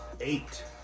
eight